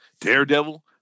Daredevil